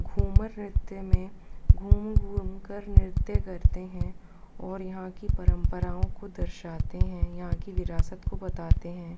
घूमर नृत्य में घूम घूम कर नृत्य करते हैं और यहाँ की परम्पराओं को दर्शाते हैं यहाँ की विरासत को बताते हैं